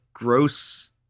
gross